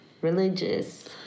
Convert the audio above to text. religious